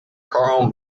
karl